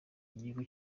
igihugu